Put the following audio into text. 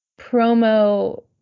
promo